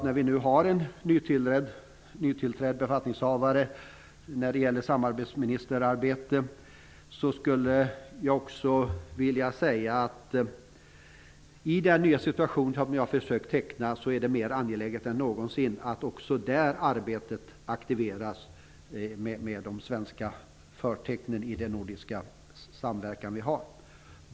När vi nu har en nytillträdd befattningshavare som nordisk samarbetsminister skulle jag vilja säga att det i den nya situation som jag försökt teckna är mer angeläget än någonsin att arbetet aktiveras med de svenska förtecknen i den nordiska samverkan.